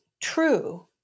true